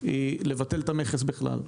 היא לבטל את המכס בכלל,